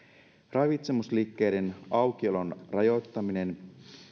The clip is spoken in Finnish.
ravitsemusliikkeiden aukiolon rajoittaminen